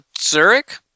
Zurich